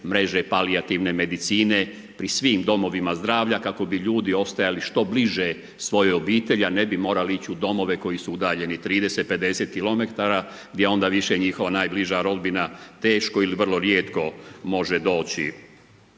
mreže palijativne medicine pri svim domovima zdravlja kako bi ljudi ostajali što bliže svojoj obitelji a ne bi morali ići u domove koji su udaljeni 30, 50 km gdje onda više njihova najbliža rodbina teško ili vrlo rijetko može doći